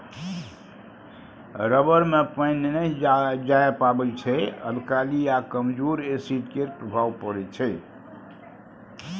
rubber मे पानि नहि जाए पाबै छै अल्काली आ कमजोर एसिड केर प्रभाव परै छै